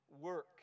work